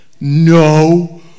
No